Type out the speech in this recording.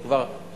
היא כבר בביצוע,